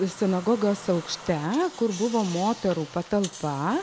sinagogos aukšte kur buvo moterų patalpa